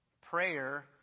Prayer